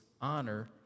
honor